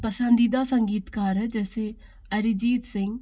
पसंदीदा संगीतकार हैं जैसे अरिजीत सिंह